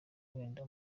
wenda